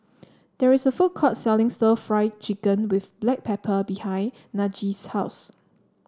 there is a food court selling Stir Fried Chicken with Black Pepper behind Najee's house